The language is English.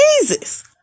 Jesus